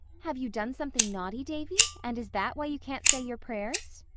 have you done something naughty, davy, and is that why you can't say your prayers?